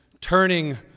turning